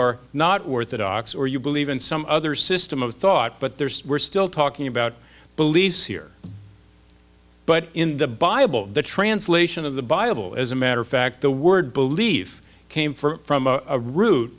are not worth the docs or you believe in some other system of thought but there's we're still talking about beliefs here but in the bible the translation of the bible as a matter of fact the word belief came for from a root